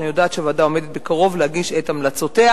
אני יודעת שהוועדה עומדת בקרוב להגיש את המלצותיה,